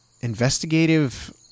investigative